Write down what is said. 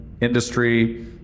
industry